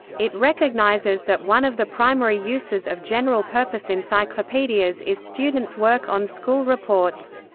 it recognizes that one of the primary uses of general-purpose encyclopedias is students' work on school reports.